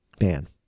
Man